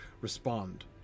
respond